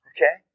Okay